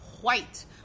white